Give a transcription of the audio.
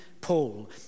Paul